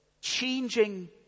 changing